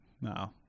No